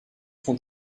sont